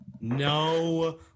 No